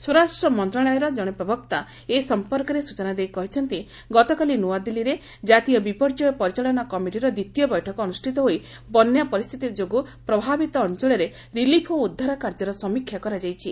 ସ୍ୱରାଷ୍ଟ୍ର ମନ୍ତ୍ରଣାଳୟର ଜଣେ ପ୍ରବକ୍ତା ଏ ସଂପର୍କରେ ସଚନା ଦେଇ କହିଛନ୍ତି ଗତକାଲି ନୁଆଦିଲ୍ଲୀଠାରେ ଜାତୀୟ ବିପର୍ଯ୍ୟୟ ପରିଚାଳନା କମିଟିର ଦ୍ୱିତୀୟ ବୈଠକ ଅନୁଷ୍ଠିତ ହୋଇ ବନ୍ୟା ପରିସ୍ଥିତି ଯୋଗୁଁ ପ୍ରଭାବିତ ଅଞ୍ଚଳରେ ରିଲିଫ ଓ ଉଦ୍ଧାର କାର୍ଯ୍ୟର ସମୀକ୍ଷା କରାଯାଇଛି